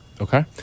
Okay